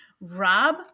Rob